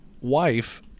wife